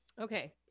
Okay